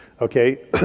okay